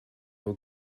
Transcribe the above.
will